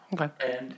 Okay